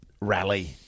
rally